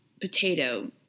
potato